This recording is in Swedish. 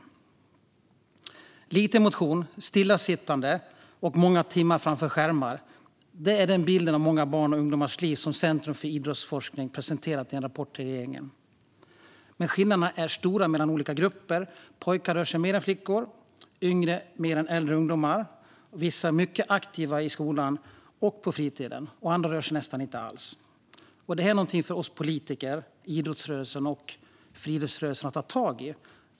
För lite motion, mycket stillasittande och många timmar framför skärmar är den bild av många barns och ungdomars liv som Centrum för idrottsforskning presenterat i en rapport till regeringen. Men skillnaderna är stora mellan olika grupper. Pojkar rör sig mer än flickor, yngre barn mer än äldre. Vissa är mycket aktiva både i skolan och på fritiden, medan andra nästan inte alls rör sig. Detta måste vi politiker, idrottsrörelsen och friluftsrörelsen ta tag i.